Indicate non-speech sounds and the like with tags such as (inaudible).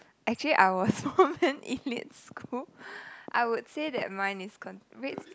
actually I was from (laughs) an elite school I would say that mine is con~ wait